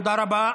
תודה רבה.